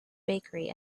bakery